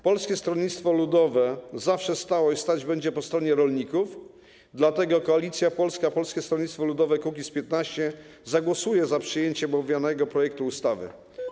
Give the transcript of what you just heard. Polskie Stronnictwo Ludowej zawsze stało i stać będzie po stronie rolników, dlatego Koalicja Polska - Polskie Stronnictwo Ludowe - Kukiz15 zagłosuje za przyjęciem omawianego projektu ustawy.